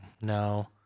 No